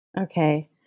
Okay